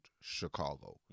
Chicago